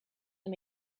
him